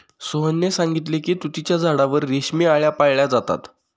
सोहनने सांगितले की तुतीच्या झाडावर रेशमी आळया पाळल्या जातात